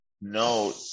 No